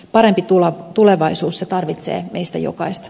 parempi tulevaisuus tarvitsee meitä jokaista